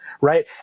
right